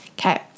Okay